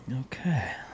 okay